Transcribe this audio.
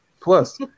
Plus